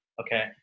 Okay